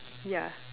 yeah